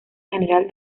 general